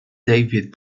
david